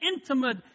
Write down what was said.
intimate